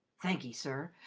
thanky, sir,